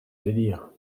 délire